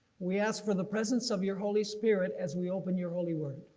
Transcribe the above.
we asked for the presence of your holy spirit as we open your holy word.